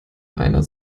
einer